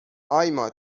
آیما